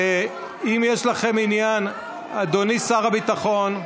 אם יש לכם עניין, אדוני שר הביטחון,